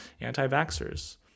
anti-vaxxers